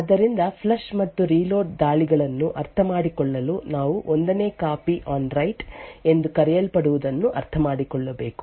ಆದ್ದರಿಂದ ಫ್ಲಶ್ ಮತ್ತು ರೀಲೋಡ್ ದಾಳಿಗಳನ್ನು ಅರ್ಥಮಾಡಿಕೊಳ್ಳಲು ನಾವು 1 ನೇ ಕಾಪಿ ಆನ್ ರೈಟ್ ಎಂದು ಕರೆಯಲ್ಪಡುವದನ್ನು ಅರ್ಥಮಾಡಿಕೊಳ್ಳಬೇಕು